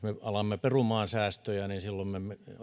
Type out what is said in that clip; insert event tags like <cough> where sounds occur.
<unintelligible> me alamme perumaan säästöjä niin silloin me me